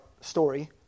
story